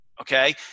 okay